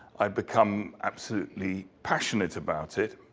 i become absolutely passionate about it.